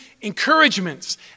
encouragements